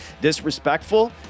Disrespectful